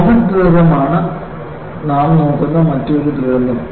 comet ദുരന്തമാണ് നാം നോക്കുന്ന മറ്റൊരു ദുരന്തം